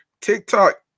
TikTok